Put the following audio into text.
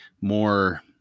more